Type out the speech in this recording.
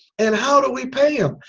and how do we pay them?